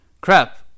crap